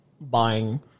buying